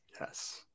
Yes